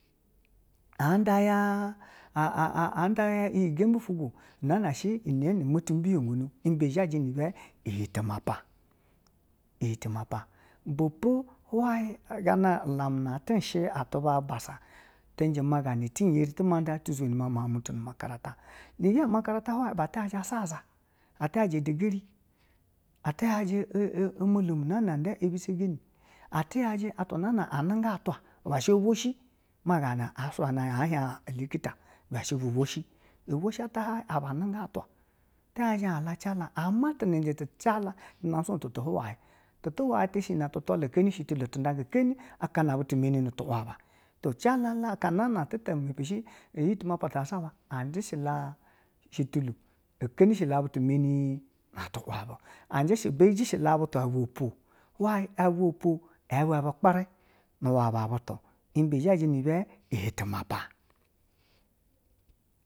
An a a a, and ya iyi gembi ɛfugwo, na na iyi na mtibiyeno obe zaji nu be iye timapa iye timapa, ibepo hwayi gana amuna ti shi aba abassa tiji maa ganna tiɛri ti ma nda tizhe ma miaun ti ni makarata na iyi ga makarata hwayi atu yaji asaza, atuyayi edegeri ati yaji o, o, molomu ɛ na na ada ɛbisegeri, atu yayi atwa na na anuga atwa ba shi ovwp shi ma gna a suyana un a hien an olikita ibe shi bovwoshi bi bovwohi ata hwayi aba a muga atwa ti yaji an cala ame timiji ti cala ti name swo mu ti hwayi mu̱ tu̱ tu̱ huwaye shi shi tilo ti ndanga keni an kana meni mutu waba to calala akanalyi timapa zasha ba la an ji shi butu shititlo o kemi shi la mutu meni ti waba obejishila butu an ɛvwɛ opwo ɛvwɛ bu kpɛrɛ nu waba butu ibe zhajo nu ibe iyitimapa.